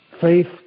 Faith